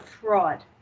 fraud